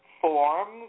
forms